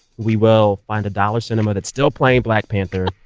we will find a dollar cinema that's still playing black panther,